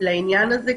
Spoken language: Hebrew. לעניין הזה,